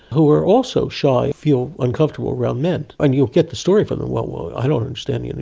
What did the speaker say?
who are also shy, feel uncomfortable around men. and you'll get the story from them, i don't understand, you know